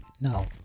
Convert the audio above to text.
Now